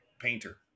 painter